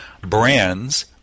Brands